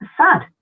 sad